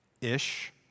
Ish